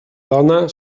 dona